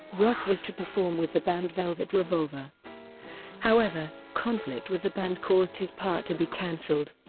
roth was to perform with the band velvet revolver however, conflict with the band caused his part to be canceled.